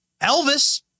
Elvis